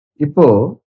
Ipo